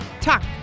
Talk